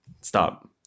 Stop